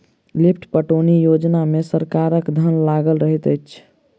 lift पटौनी योजना मे सरकारक धन लागल रहैत छै